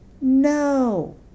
No